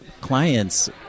clients